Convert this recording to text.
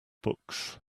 books